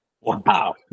Wow